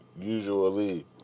usually